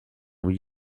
huit